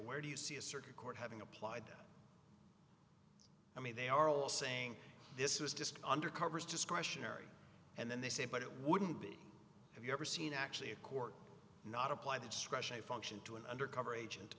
where do you see a circuit court having applied i mean they are all saying this is just undercovers discretionary and then they say but it wouldn't be have you ever seen actually a court not apply that scrushy function to an undercover agent